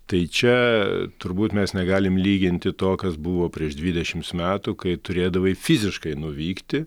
tai čia turbūt mes negalim lyginti to kas buvo prieš dvidešims metų kai turėdavai fiziškai nuvykti